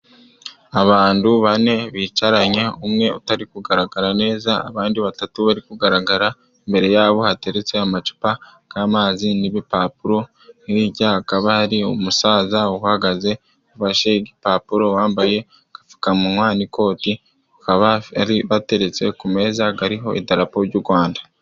Abandu bane bicaranye, umwe utari kugaragara neza abandi batatu bari kugaragara. Imbere yabo hateretse amacupa g'amazi n'ibipapuro . Hijya hakaba hari umusaza uhagaze ufashe igipapuro, wambaye agapfukamunwa n'ikoti, kaba ari bateretse ku meza hakariho idarapo ry'u Rwanda.